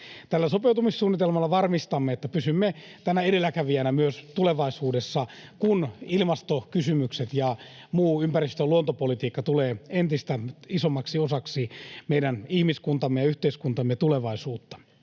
Tällä sopeutumissuunnitelmalla varmistamme, että pysymme edelläkävijänä myös tulevaisuudessa, kun ilmastokysymykset ja muu ympäristö- ja luontopolitiikka tulevat entistä isommaksi osaksi meidän ihmiskuntamme ja yhteiskuntamme tulevaisuutta.